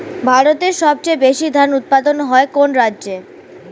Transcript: ভারতের সবচেয়ে বেশী ধান উৎপাদন হয় কোন রাজ্যে?